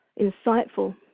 insightful